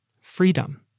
Freedom